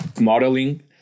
modeling